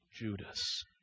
Judas